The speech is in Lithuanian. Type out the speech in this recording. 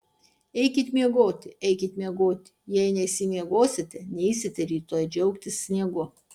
eikit miegoti eikit miegoti jei neišsimiegosite neisite rytoj džiaugtis sniegu